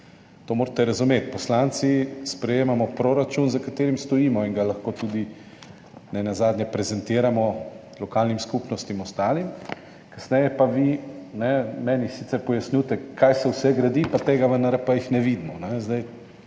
To morate razumeti, poslanci sprejemamo proračun, za katerim stojimo in ga lahko tudi nenazadnje prezentiramo lokalnim skupnostim, ostalim. Kasneje pa vi meni sicer pojasnjujete, kaj vse se gradi, pa tega v NRP-jih ne vidimo.